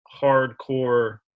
hardcore